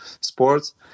sports